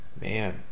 Man